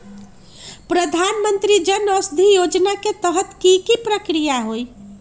प्रधानमंत्री जन औषधि योजना के तहत की की प्रक्रिया होई?